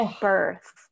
birth